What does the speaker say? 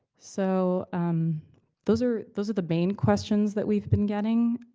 so those are those are the main questions that we've been getting.